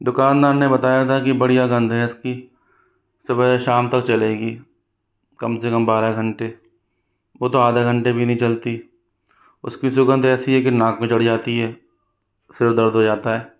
दुकानदार ने बताया था की बढ़िया गंध है इसकी सुबह से शाम तक चलेगी कम से कम बारह घंटे वह तो आधे घंटे भी नहीं चलती उसकी सुगंध ऐसी है कि नाक पर चढ़ जाती है सिर दर्द हो जाता है